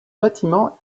bâtiment